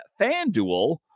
FanDuel